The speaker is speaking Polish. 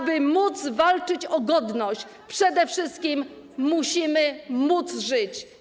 Aby móc walczyć o godność, przede wszystkim musimy móc żyć.